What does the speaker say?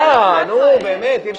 נו, באמת.